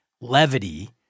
levity